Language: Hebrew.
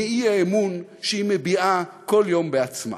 מהאי-אמון שהיא מביעה כל יום בעצמה.